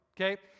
okay